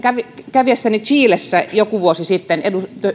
käviessäni chilessä joku vuosi sitten